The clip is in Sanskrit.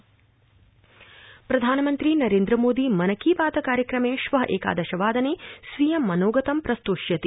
मन की बात प्रधानमन्त्री नरेन्द्रमोदी मन की बात कार्यक्रमे श्व एकादशवादने स्वीयं मनोगतम् प्रस्तोष्यति